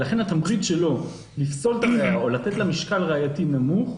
ולכן התמריץ שלו לפסול את הראיה או לתת לה משקל ראייתי קטן הוא נמוך.